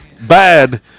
bad